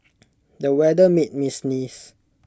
the weather made me sneeze